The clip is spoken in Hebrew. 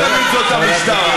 לא תמיד זאת המשטרה.